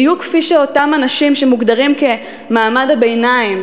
בדיוק כפי שאותם אנשים שמוגדרים כמעמד הביניים,